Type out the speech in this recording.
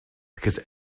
because